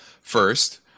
first